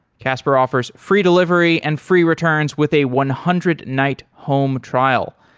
casper offers free delivery and free returns with a one hundred night home trial.